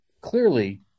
Clearly